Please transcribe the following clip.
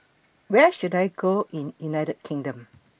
Where should I Go in United Kingdom